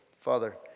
Father